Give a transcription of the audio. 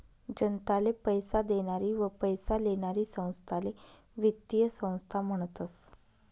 जनताले पैसा देनारी व पैसा लेनारी संस्थाले वित्तीय संस्था म्हनतस